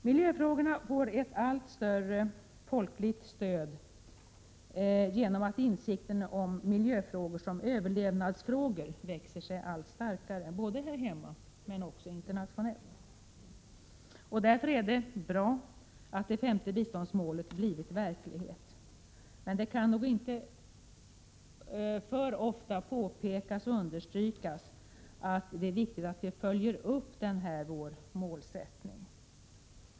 Miljöfrågorna får ett allt större folkligt stöd genom att insikten om att miljöfrågor är överlevnadsfrågor växer sig allt starkare, både här hemma och internationellt. Därför är det bra att det femte biståndsmålet har blivit verklighet. Men det kan inte för ofta strykas under att det är viktigt att vi följer upp denna nya målsättning.